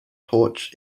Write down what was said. torch